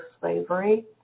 slavery